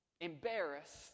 embarrassed